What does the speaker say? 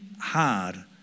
hard